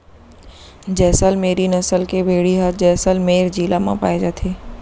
जैसल मेरी नसल के भेड़ी ह जैसलमेर जिला म पाए जाथे